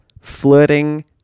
flirting